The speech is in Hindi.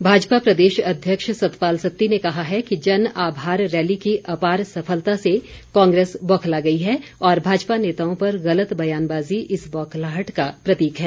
सत्ती भाजपा प्रदेश अध्यक्ष सतपाल सत्ती ने कहा है कि जन आभार रैली की अपार सफलता से कांग्रेस बौखला गई है और भाजपा नेताओं पर गलत बयानबाज़ी इस बौखलाहट का प्रतीक है